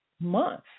month